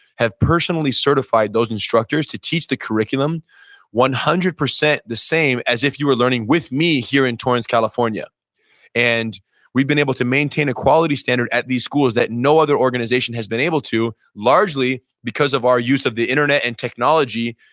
have personally certified those instructors to teach the curriculum one hundred percent the same as if you were learning with me here in torrance, california and we've been able to maintain a quality standard at these schools that no other organization has been able to, largely because of our use of the internet and technology.